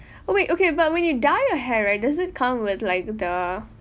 wait okay but when you dye your hair right does it come with like the